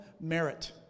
merit